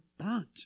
burnt